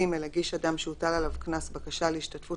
הגיש אדם שהוטל עליו קנס בקשה להשתתפות